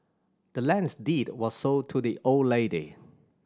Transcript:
the land's deed was sold to the old lady